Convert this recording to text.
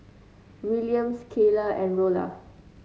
Williams Kaylah and Rolla